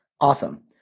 Awesome